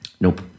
Nope